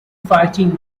fighting